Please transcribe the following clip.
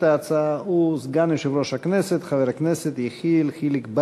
הצעת חוק תג זיהוי רפואי מציל חיים,